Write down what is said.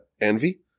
envy